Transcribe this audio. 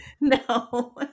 No